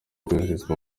koroherezwa